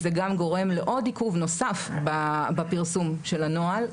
זה גורם לעוד עיכוב נוסף בפרסום של הנוהל,